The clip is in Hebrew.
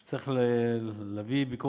התשע"ד 2014. מי שיציג את הצעת